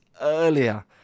earlier